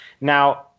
Now